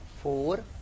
four